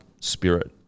spirit